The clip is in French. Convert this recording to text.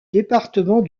département